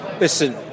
Listen